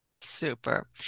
Super